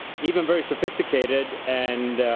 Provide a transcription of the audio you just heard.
even very sophisticated and